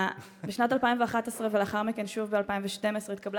בשנת 2011 ולאחר מכן שוב ב-2012 התקבלה